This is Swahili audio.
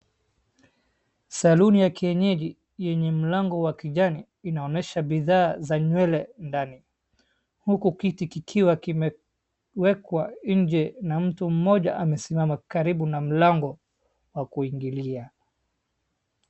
Saluni ya kienyeji yenye mlango wa kijani inaonyesha bidhaa za nywele ndani huku kiti kikiwa kimewekwa nje na mtu mmoja amesimama karibu na mlango wa kuingilia.